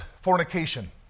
fornication